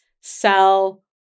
sell